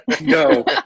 No